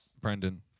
Brendan